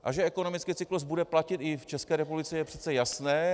A že ekonomický cyklus bude platit i v České republice, je přece jasné.